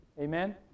amen